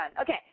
Okay